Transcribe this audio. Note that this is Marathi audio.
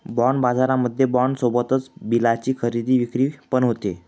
बाँड बाजारामध्ये बाँड सोबतच बिलाची खरेदी विक्री पण होते